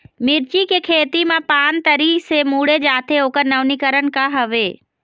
मिर्ची के खेती मा पान तरी से मुड़े जाथे ओकर नवीनीकरण का हवे?